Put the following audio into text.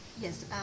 Yes